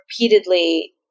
repeatedly